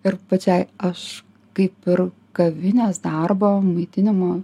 ir pačiai aš kaip ir kavinės darbo maitinimo